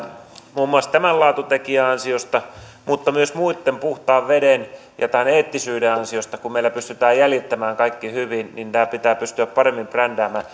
muun muassa tämän laatutekijän ansiosta mutta myös muitten puhtaan veden ja tämän eettisyyden ansiosta kun meillä pystytään jäljittämään kaikki hyvin tämä pitää pystyä paremmin brändäämään